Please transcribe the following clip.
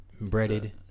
breaded